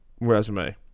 resume